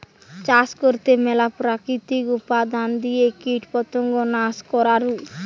চাষ করতে ম্যালা প্রাকৃতিক উপাদান দিয়ে কীটপতঙ্গ নাশ করাঢু